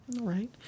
right